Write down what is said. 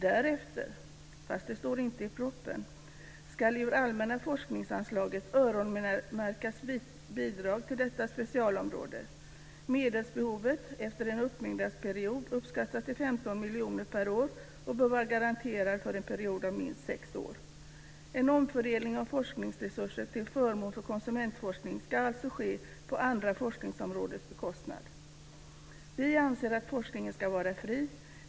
Därefter, fast det står inte i propositionen, ska bidrag ur det allmänna forskningsanslaget öronmärkas till detta specialområde. Efter en uppbyggnadsperiod uppskattas medelsbehovet till 15 miljoner per år, och det bör vara garanterat för en period om minst sex år. En omfördelning av forskningsresurser till förmån för konsumentforskning ska alltså ske på andra forskningsområdens bekostnad. Vi anser att forskningen ska vara fri.